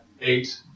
eight